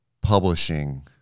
publishing